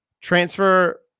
transfer